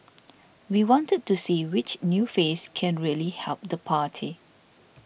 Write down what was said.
we wanted to see which new face can really help the party